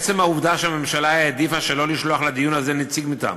עצם העובדה שהממשלה העדיפה שלא לשלוח לדיון הזה נציג מטעמה,